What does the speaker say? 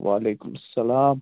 وعلیکُم سلام